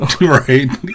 right